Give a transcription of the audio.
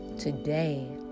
Today